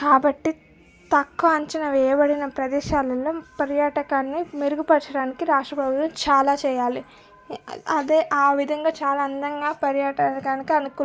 కాబట్టి తక్కువ అంచనా వేయబడిన ప్రదేశాలలో పర్యాటకాన్ని మెరుగుపరచడానికి రాష్ట్ర ప్రభుత్వం చాలా చెయ్యాలి అదే ఆ విధంగా చాలా అందంగా పర్యాటకానికి అనుకూ